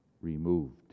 removed